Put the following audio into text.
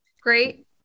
great